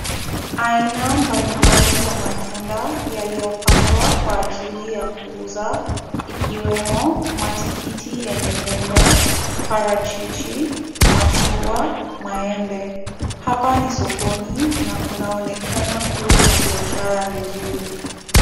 Aina mbalimbali za matunda, yaliyopangwa kwa ajili ya kuuza, ikiwemo matikiti yenye pembe, parachichi, machungwa, maembe. Hapa ni sokoni na kunaonekana kuwa na biashara vizuri.